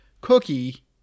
cookie